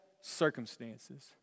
circumstances